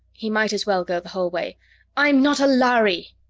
he might as well go the whole way i'm not a lhari!